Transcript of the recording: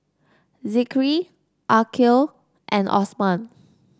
Zikri Aqil and Osman